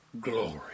glory